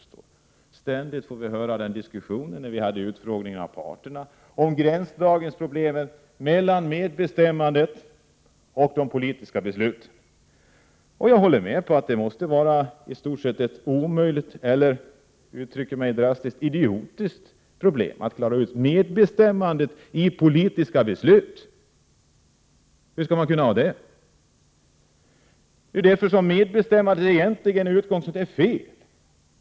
Ständigt får vi höra diskussionen, t.ex. när vi hade en utfrågning av parterna, om problemen med gränsdragningen mellan medbestämmandet och de politiska besluten. Jag håller med om att det måste vara ett olösligt problem — eller för att uttrycka det drastiskt — ett idiotiskt problem att klara ut medbestämmandet i politiska beslut. Hur skall det gå till?